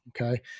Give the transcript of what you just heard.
Okay